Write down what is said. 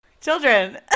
Children